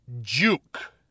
Juke